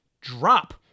drop